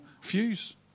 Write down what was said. fuse